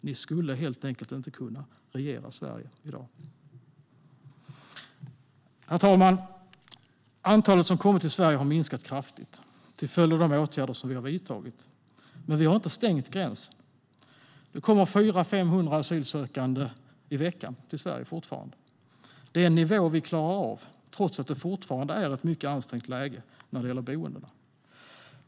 Ni skulle helt enkelt inte kunna regera Sverige i dag. Herr talman! Antalet som kommer till Sverige har minskat kraftigt till följd av de åtgärder som vi har vidtagit, men vi har inte stängt gränsen. Det kommer fortfarande 400-500 asylsökande i veckan till Sverige. Det är en nivå vi klarar av trots att det fortfarande är ett mycket ansträngt läge när det gäller boendena.